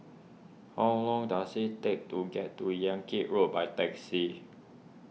how long does it take to get to Yan Kit Road by taxi